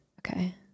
Okay